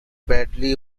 bradley